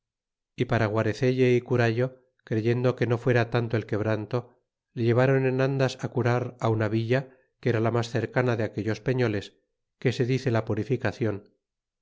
y para gua recelle y curan creyendo que no fuera tanto el quebranto le llevron en andas curar una villa que era la tras cercana de aquellos peñoles que se dice la purificación